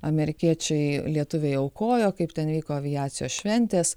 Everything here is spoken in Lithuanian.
amerikiečiai lietuviai aukojo kaip ten vyko aviacijos šventės